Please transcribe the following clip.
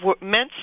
meant